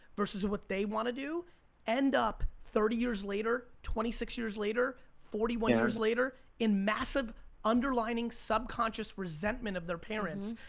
versus what they wanna do end up thirty years later, twenty six years later, forty one and years later, in massive underlining subconscious resentment of their parents.